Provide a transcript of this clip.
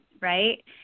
right